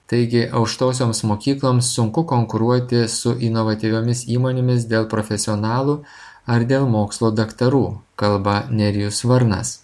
taigi aukštosioms mokykloms sunku konkuruoti su inovatyviomis įmonėmis dėl profesionalų ar dėl mokslo daktarų kalba nerijus varnas